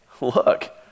Look